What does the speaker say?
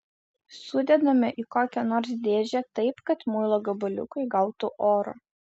sudedame į kokią nors dėžę taip kad muilo gabaliukai gautų oro